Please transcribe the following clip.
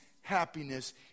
happiness